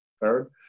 Third